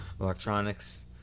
Electronics